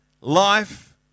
life